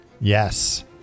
Yes